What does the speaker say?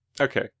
Okay